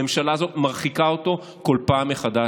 הממשלה הזאת מרחיקה אותו כל פעם מחדש.